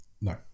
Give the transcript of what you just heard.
No